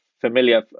familiar